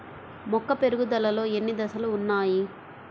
మొక్క పెరుగుదలలో ఎన్ని దశలు వున్నాయి?